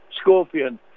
Scorpion